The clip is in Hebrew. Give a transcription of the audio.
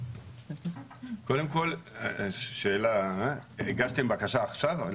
קודם כל יש לי שאלה, הגשתם בקשה עכשיו?